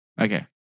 Okay